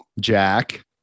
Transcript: Jack